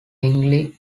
bingley